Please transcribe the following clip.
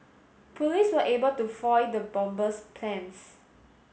police were able to foil the bomber's plans